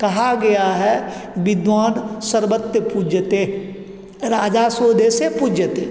कहा गया है विद्वान सर्वत्र पूज्यते राजा स्वदेशे पूज्यते